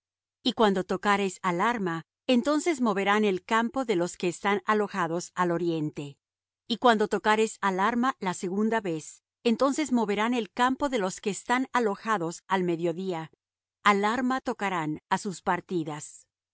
y cuando tocareis alarma entonces moverán el campo de los que están alojados al oriente y cuando tocareis alarma la segunda vez entonces moverán el campo de los que están alojados al mediodía alarma tocarán á sus partidas